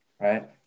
right